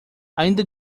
ainda